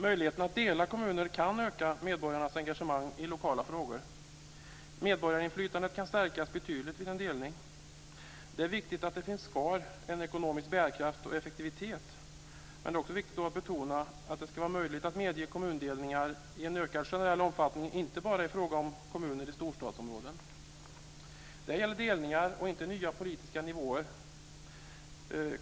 Möjligheten att dela kommuner kan öka medborgarnas engagemang i lokala frågor. Medborgarinflytandet kan stärkas betydligt vid en delning. Det är viktigt att det finns kvar en ekonomisk bärkraft och effektivitet. Men det är också viktigt att betona att det ska vara möjligt att medge kommundelningar i en ökad generell omfattning och inte bara när det gäller kommuner i storstadsområden. Detta gäller delningar och inte nya politiska nivåer.